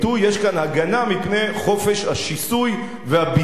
יש כאן הגנה מפני חופש השיסוי והביזוי,